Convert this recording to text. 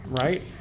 right